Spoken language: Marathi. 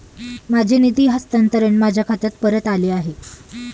माझे निधी हस्तांतरण माझ्या खात्यात परत आले आहे